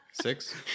Six